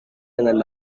dengan